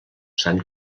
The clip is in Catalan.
sant